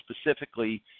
specifically